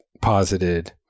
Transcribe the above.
posited